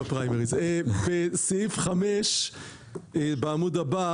בסעיף 5 בעמוד הבא